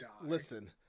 listen